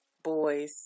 boys